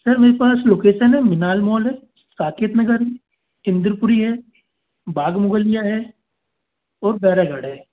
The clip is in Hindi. सर मेरे पास लोकेशन है मिनाल मॉल है साकेत नगर इंद्रपुरी है बाग मुगलिया है और बैरागढ़ है